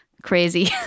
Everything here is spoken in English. crazy